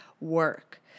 work